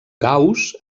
gauss